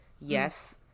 yes